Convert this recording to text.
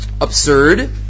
Absurd